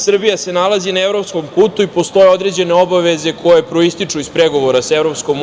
Srbija se nalazi na evropskom putu i postoje određene obaveze koje proističu iz pregovora sa EU.